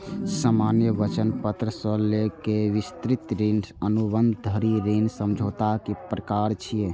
सामान्य वचन पत्र सं लए कए विस्तृत ऋण अनुबंध धरि ऋण समझौताक प्रकार छियै